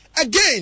again